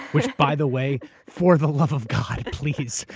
which, by the way, for the love of god, please,